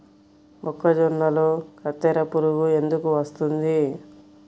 మొక్కజొన్నలో కత్తెర పురుగు ఎందుకు వస్తుంది?